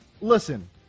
listen